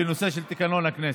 בנושא של תקנון הכנסת,